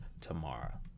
tomorrow